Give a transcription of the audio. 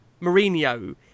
Mourinho